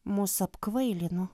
mus apkvailino